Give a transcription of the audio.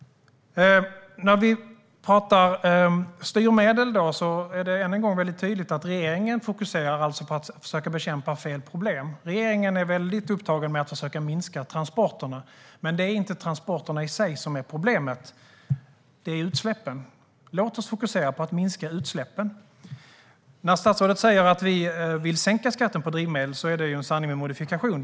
När det gäller styrmedel är det än en gång väldigt tydligt att regeringen fokuserar på att bekämpa fel problem. Regeringen är väldigt upptagen med att försöka minska transporterna, men det är inte transporterna i sig som är problemet, det är utsläppen. Låt oss fokusera på att minska utsläppen! Statsrådet säger att vi vill sänka skatten på drivmedel, men det är en sanning med modifikation.